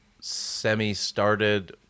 semi-started